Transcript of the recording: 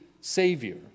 Savior